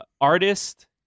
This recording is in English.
artist